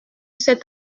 cet